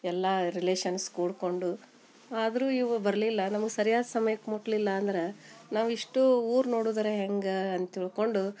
ಎಲ್ಲ ರಿಲೇಷನ್ಸ್ ಕೂಡ್ಕೊಂಡು ಆದರು ಇವ ಬರಲಿಲ್ಲ ನಮ್ಗ ಸರ್ಯಾದ ಸಮ್ಯಕ್ಕೆ ಮುಟ್ಲಿಲ್ಲ ಅಂದ್ರೆ ನಾವು ಇಷ್ಟು ಊರು ನೋಡುದ್ರ ಹೆಂಗ ಅಂದು ತಿಳ್ಕೊಂಡು